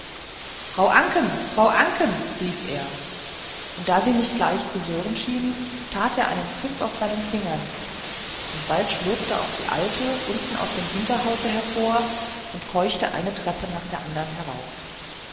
frau anken frau anken rief er und da sie nicht gleich zu hören schien tat er einen pfiff auf seinen fingern und bald schlurfte auch die alte unten aus dem hinterhaus hervor und keuchte eine treppe nach der andern herauf